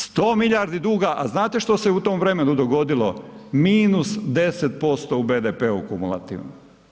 100 milijardi duga, a znate što se u tom vremenu dogodilo, minus 10% u BDP-u kumulativno.